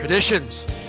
Traditions